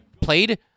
played